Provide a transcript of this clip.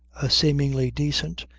a seemingly decent,